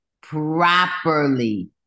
properly